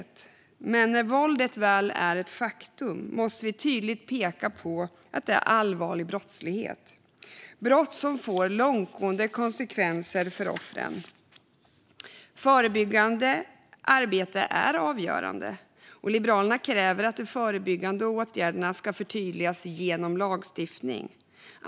Men när våldet väl är ett faktum måste vi tydligt peka på att det är allvarlig brottslighet. Det är brott som får långtgående konsekvenser för offren. Förebyggande arbete är avgörande. Liberalerna kräver att de förebyggande åtgärderna ska förtydligas genom lagstiftning.